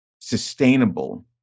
sustainable